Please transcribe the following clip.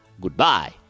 goodbye